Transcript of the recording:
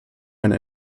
eine